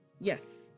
yes